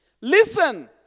Listen